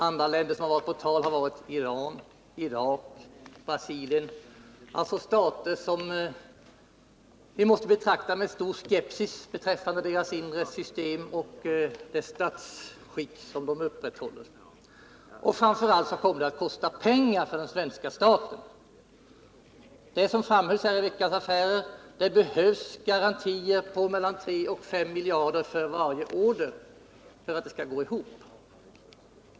Andra länder som varit på tal är Iran, Irak och Brasilien, dvs. stater som vi måste betrakta med stor skepsis beträffande deras inre system och det statsskick som de upprätthåller. Framför allt kommer det att kosta pengar för svenska staten. Som framhölls i Veckans Affärer behövs det garantier på mellan 3 och 5 miljarder för varje order för att det skall gå ihop.